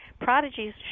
Prodigies